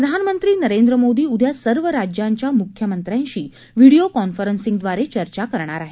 प्रधानमंत्री नरेंद्र मोदी उदया सर्व राज्यांच्या म्ख्यमंत्र्यांशी व्हीडीओ कॉन्फरन्सिंगद्वारे चर्चा करणार आहेत